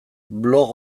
blog